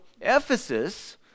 Ephesus